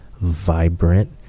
vibrant